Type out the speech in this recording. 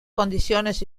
condiciones